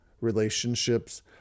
relationships